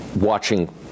watching